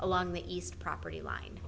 along the east property line